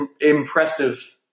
impressive